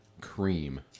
cream